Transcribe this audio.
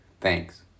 Thanks